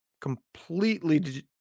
completely